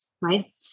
right